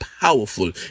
powerful